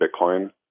Bitcoin